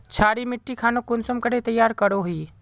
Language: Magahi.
क्षारी मिट्टी खानोक कुंसम तैयार करोहो?